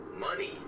money